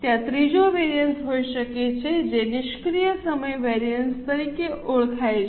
ત્યાં ત્રીજો વેરિએન્સ હોઈ શકે છે જે નિષ્ક્રિય સમય વેરિએન્સ તરીકે ઓળખાય છે